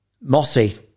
Mossy